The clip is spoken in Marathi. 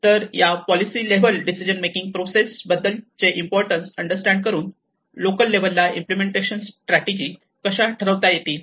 तर या policy level decision making process बद्दल चे इम्पॉर्टन्स अंडरस्टँड करून लोकल लेव्हलला इम्पलेमेंटेशन स्ट्रॅटेजि कशा ठरवता येतील